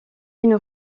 une